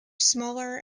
smaller